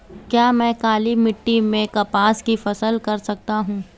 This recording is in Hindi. क्या मैं काली मिट्टी में कपास की फसल कर सकता हूँ?